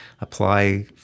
apply